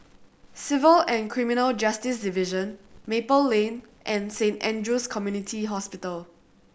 Civil and Criminal Justice Division Maple Lane and Saint Andrew's Community Hospital